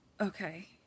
okay